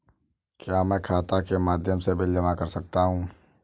क्या मैं खाता के माध्यम से बिल जमा कर सकता हूँ?